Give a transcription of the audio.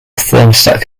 thermostat